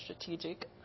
strategic